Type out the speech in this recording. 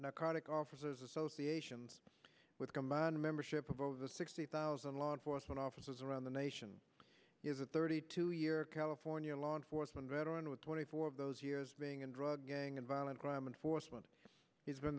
narcotics officers associations with combined membership of all of the sixty thousand law enforcement officers around the nation thirty two year california law enforcement veteran with twenty four of those years being in drug gang and violent crime and force one has been